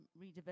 redevelopment